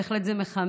זה בהחלט מחמם